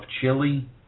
chili